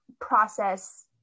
process